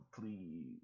Please